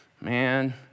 Man